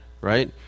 right